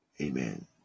Amen